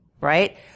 Right